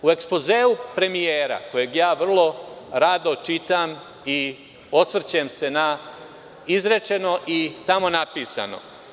U ekspozeu premijera, koje vrlo rado čitam i osvrćem se na izrečeno i tamo napisano.